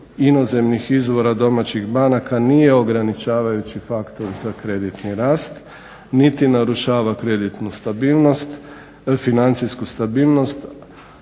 inozemnih izvora domaćih banaka nije ograničavajući faktor za kreditni rast niti narušava kreditnu stabilnost, financijsku stabilnost.